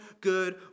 good